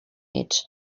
each